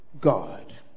God